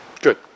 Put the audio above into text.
Good